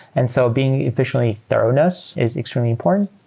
and so being efficiently thoroughness is extremely important.